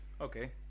Okay